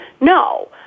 No